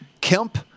Kemp